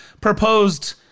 proposed